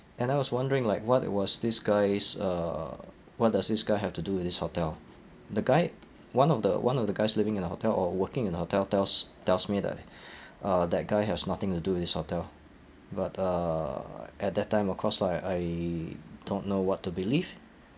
and I was wondering like what was this guy's uh what does this guy have to do with this hotel the guide one of the one of the guys living in the hotel or working in the hotel tells tells me that uh that guy has nothing to do with this hotel but uh at that time of course like I don't know what to believe